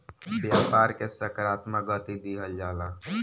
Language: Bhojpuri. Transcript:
व्यापार के सकारात्मक गति दिहल जाला